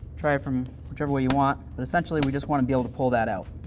try from whichever way you want, but essentially we just want to be able to pull that out.